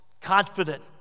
confident